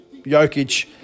Jokic